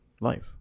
life